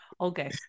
Okay